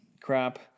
crap